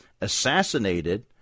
assassinated